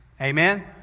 amen